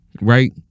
right